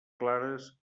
clares